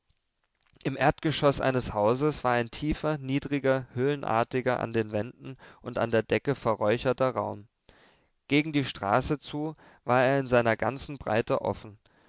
im erdgeschoß eines hauses war ein tiefer niedriger höhlenartiger an den wänden und an der decke verräucherter raum gegen die straße zu war er in seiner ganzen breite offen